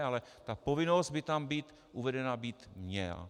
Ale ta povinnost by tam uvedena být měla.